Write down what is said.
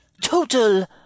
total